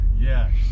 Yes